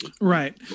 right